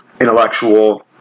intellectual